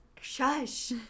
Shush